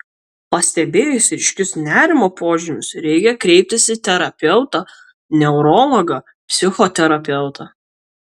pastebėjus ryškius nerimo požymius reikia kreiptis į terapeutą neurologą psichoterapeutą